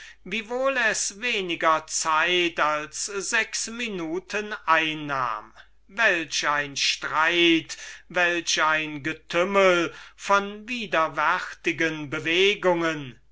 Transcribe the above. es gleich weniger zeit als sechs minuten einnahm was für ein streit was für ein getümmel von widerwärtigen bewegungen